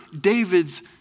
David's